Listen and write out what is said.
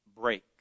break